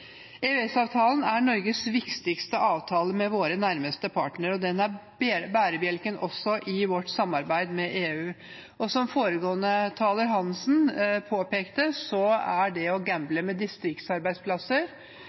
er Norges viktigste avtale med våre nærmeste partnere. Den er også bærebjelken i vårt samarbeid med EU. Som foregående taler, Svein Roald Hansen, påpekte, er det gambling med distriktsarbeidsplasser – arbeidsplasser som er ute i det